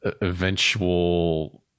eventual